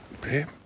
Babe